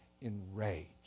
enraged